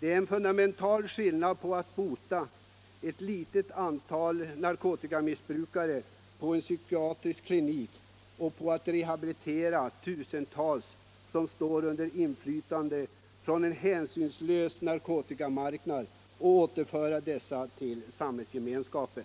Det är en fundamental skillnad mellan att bota ett litet antal narkotikamissbrukare på en psykiatrisk klinik och att rehabilitera tusentals som står under inflytande av en hänsynslös narkotikamarknad och återföra dessa till samhällsgemenskapen.